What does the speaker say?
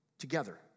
Together